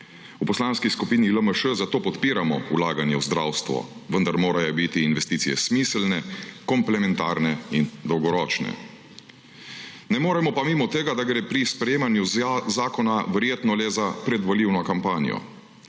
V Poslanski skupini LMŠ zato podpiramo vlaganje v zdravstvo, vendar morajo biti investicije smiselne, komplementarne in dolgoročne. Ne moremo pa mimo tega, da gre pri sprejemanju zakona verjetno le za predvolilno kampanjo,